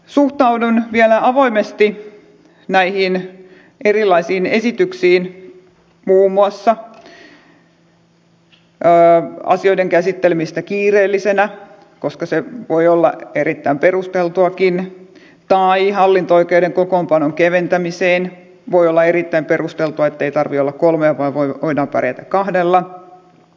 suhtaudun vielä avoimesti näihin erilaisiin esityksiin muun muassa asioiden käsittelemisestä kiireellisenä koska se voi olla erittäin perusteltuakin tai hallinto oikeuden kokoonpanon keventämiseen koska voi olla erittäin perusteltua ettei tarvitse olla kolmea vaan voidaan pärjätä kahdella